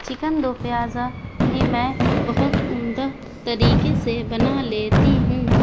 chicken دو پیاز بھی میں بہت عمدہ طریقے سے بنا لیتی ہوں